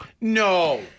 No